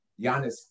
Giannis